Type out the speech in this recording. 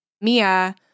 Mia